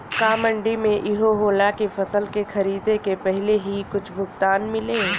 का मंडी में इहो होला की फसल के खरीदे के पहिले ही कुछ भुगतान मिले?